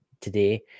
today